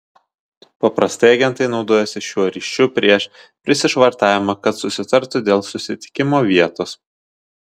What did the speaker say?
paprastai agentai naudojasi šiuo ryšiu prieš prisišvartavimą kad susitartų dėl susitikimo vietos